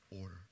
order